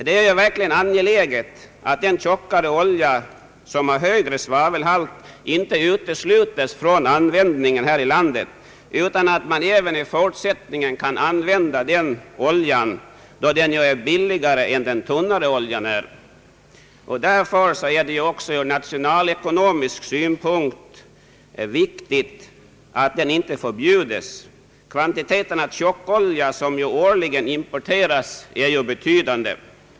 Det är ju verkligen angeläget att den tjockare oljan som har högre svavelhalt inte uteslutes från användning här i landet, utan att man även i fortsättningen kan använda denna olja då den ju är billigare än tunnare olja. Därför är det också ur nationalekonomisk synpunkt viktigt att den inte förbjudes. De kvantiteter tjockolja som årligen importeras är betydande.